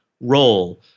role